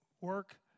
work